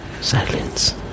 Silence